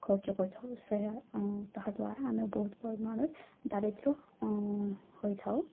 ଖର୍ଚ୍ଚ କରିଥାଉ ସେ ତାହାଦ୍ୱାରା ଆମେ ବହୁତ ପରିମାଣର ଦାରିଦ୍ର୍ୟ ହୋଇଥାଉ